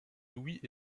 louis